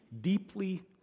deeply